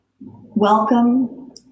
Welcome